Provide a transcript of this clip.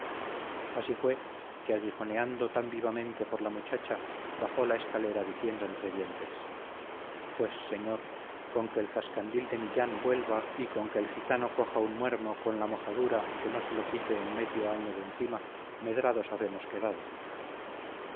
así fue que aguijoneado tan vivamente por la muchacha bajó la escalera diciendo entre dientes pues señor con que el zascandil de millán vuelva y con que el gitano coja un muermo con la mojadura que no se lo quite en medio año de encima medrados habemos quedado